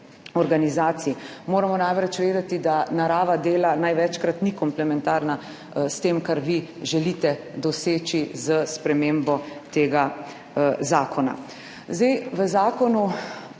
organizacij. Moramo namreč vedeti, da narava dela največkrat ni komplementarna s tem, kar vi želite doseči s spremembo tega zakona. Kar vi